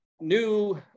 new